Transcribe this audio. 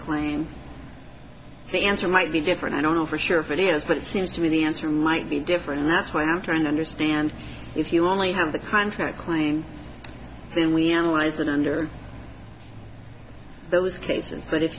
claim the answer might be different i don't know for sure if it is but it seems to me the answer might be different and that's why i'm trying to understand if you only have the contract claim then we analyze it under those cases but if